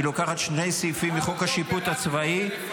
היא לוקחת שני סעיפים מחוק השיפוט הצבאי,